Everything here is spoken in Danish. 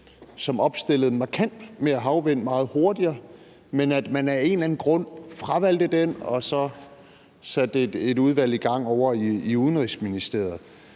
man opstillede markant flere havvindmøller meget hurtigere, men at man af en eller anden grund fravalgte den og satte et udvalg i gang ovre i Udenrigsministeriet.